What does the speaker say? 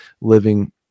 living